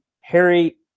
Harry